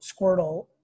Squirtle